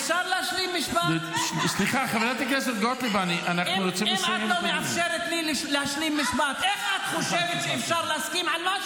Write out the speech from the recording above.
סליחה, חברת הכנסת גוטליב, את מעכבת את הדיון.